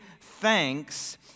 thanks